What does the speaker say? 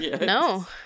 No